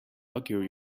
luckier